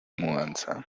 mudanza